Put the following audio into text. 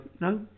no